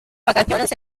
vacaciones